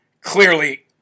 clearly